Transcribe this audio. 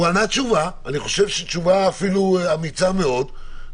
הוא ענה תשובה, אני חושב אפילו שתשובה אמיצה מאוד.